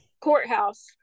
courthouse